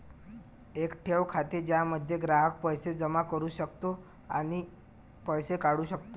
एक ठेव खाते ज्यामध्ये ग्राहक पैसे जमा करू शकतो आणि पैसे काढू शकतो